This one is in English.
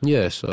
Yes